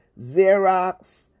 Xerox